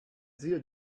zio